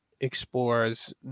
explores